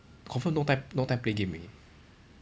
confirm no time no time play game already